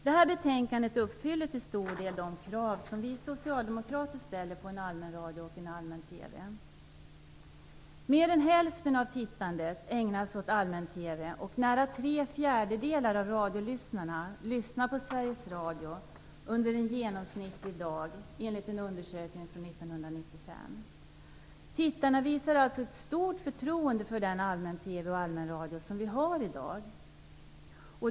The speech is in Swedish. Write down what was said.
Det här betänkandet uppfyller till stor del de krav som vi socialdemokrater ställer på en allmän radio och en allmän TV. Mer än hälften av tittandet ägnas åt allmän-TV, och nära tre fjärdedelar av radiolyssnarna lyssnar på Sveriges Radio under en genomsnittlig dag enligt en undersökning från 1995. Tittarna och lyssnarna visar alltså ett stort förtroende för den allmän-TV och allmänradio som vi har i dag.